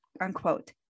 unquote